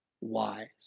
wise